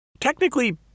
Technically